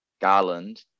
Garland